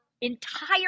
entire